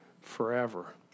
forever